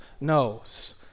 knows